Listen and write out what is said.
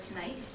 tonight